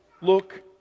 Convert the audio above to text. look